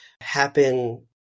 happen